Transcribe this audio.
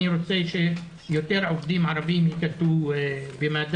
אגב, אני רוצה שיותר עובדים ערבים ייקלטו במד"א.